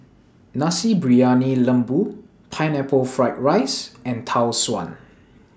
Nasi Briyani Lembu Pineapple Fried Rice and Tau Suan